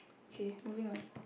okay moving on